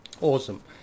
Awesome